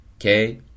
okay